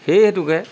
সেই হেতুকে